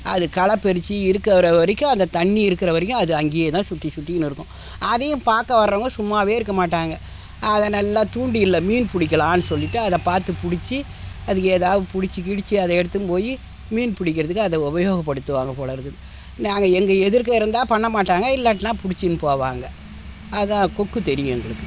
அது களை பறித்து இருக்கிற வரைக்கும் அந்த தண்ணி இருக்கிற வரைக்கும் அது அங்கே தான் சுற்றி சுற்றிக்கின்னு இருக்கும் அதையும் பார்க்க வர்றவங்க சும்மாவே இருக்க மாட்டாங்க அதை நல்லா தூண்டிலில் மீன் பிடிக்கலான்னு சொல்லிவிட்டு அதை பார்த்து பிடிச்சி அது ஏதாவது பிடிச்சி கிடிச்சி அதை எடுத்துன்னு போய் மீன் பிடிக்கிறதுக்கு அதை உபயோகப்படுத்துவாங்க போல் இருக்குது நாங்கள் எங்கள் எதிர்க்க இருந்தால் பண்ண மாட்டாங்க இல்லாட்டினா பிடிச்சின்னு போவாங்க அதான் கொக்கு தெரியும் எங்களுக்கு